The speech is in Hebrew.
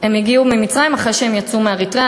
הם הגיעו ממצרים אחרי שהם יצאו מאריתריאה.